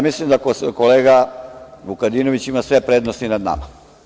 Mislim da kolega Vukadinović ima sve prednosti nad nama.